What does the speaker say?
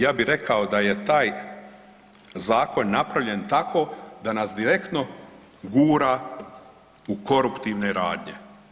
Ja bih rekao da je taj zakon napravljen tako da nas direktno gura u koruptivne radnje.